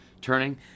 turning